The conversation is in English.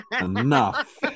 Enough